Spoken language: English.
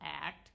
Act